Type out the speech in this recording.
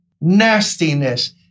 nastiness